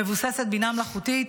מבוססת בינה מלאכותית,